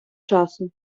часу